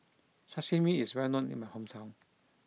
Sashimi is well known in my hometown